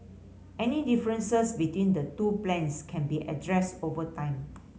any differences between the two plans can be addressed over time